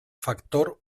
factor